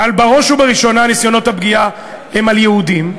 אבל ניסיונות הפגיעה הם בראש ובראשונה ביהודים,